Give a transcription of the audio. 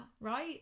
right